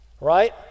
right